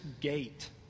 Gate